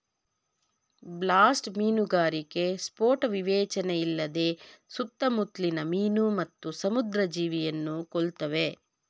blast ಮೀನುಗಾರಿಕೆ ಸ್ಫೋಟ ವಿವೇಚನೆಯಿಲ್ಲದೆ ಸುತ್ತಮುತ್ಲಿನ ಮೀನು ಮತ್ತು ಸಮುದ್ರ ಜೀವಿಯನ್ನು ಕೊಲ್ತವೆ